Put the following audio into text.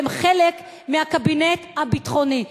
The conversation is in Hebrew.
שהם חלק מהקבינט הביטחוני.